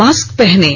mask पहनें